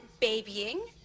babying